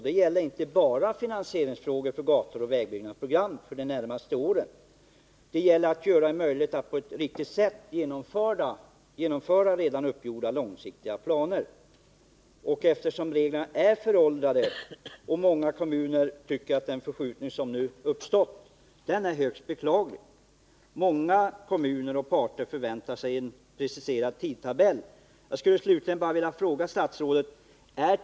Det gäller inte bara finansieringen av gatuoch vägbyggnadsprogrammen för de närmaste åren, utan det gäller att på ett riktigt sätt kunna genomföra redan uppgjorda långsiktiga planer. Reglerna är föråldrade, och många kommuner tycker att den förskjutning som nu uppstått är högst beklaglig. Många kommuner förväntar sig en preciserad tidtabell. Jag skulle slutligen vilja fråga statsrådet vilken tidpunkt vi kan räkna med.